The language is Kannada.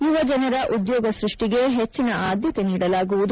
ಯುವಜನರ ಉದ್ಯೋಗ ಸ್ಪಷ್ಟಿಗೆ ಹೆಚ್ಚಿನ ಆದ್ಯತೆ ನೀಡಲಾಗುವುದು